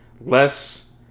Less